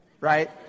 right